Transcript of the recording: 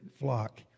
flock